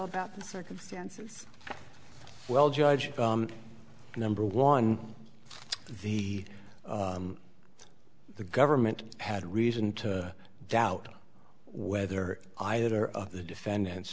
about the circumstances well judge number one the the government had reason to doubt whether either of the defendant